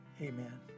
Amen